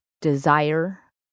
desire